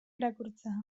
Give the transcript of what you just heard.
irakurtzea